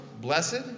blessed